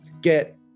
get